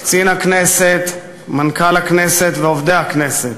קצין הכנסת, מנכ"ל הכנסת ועובדי הכנסת,